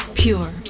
pure